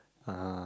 uh